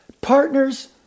partners